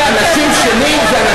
זה אנשים שלי?